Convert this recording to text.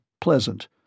pleasant